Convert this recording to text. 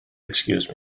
excuse